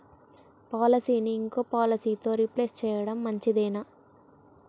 పాలసీని ఇంకో పాలసీతో రీప్లేస్ చేయడం మంచిదేనా?